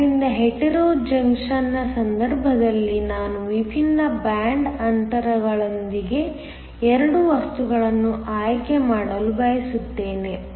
ಆದ್ದರಿಂದ heterojunction ನ ಸಂದರ್ಭದಲ್ಲಿ ನಾವು ವಿಭಿನ್ನ ಬ್ಯಾಂಡ್ ಅಂತರಗಳೊಂದಿಗೆ 2 ವಸ್ತುಗಳನ್ನು ಆಯ್ಕೆ ಮಾಡಲು ಬಯಸುತ್ತೇವೆ